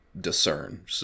discern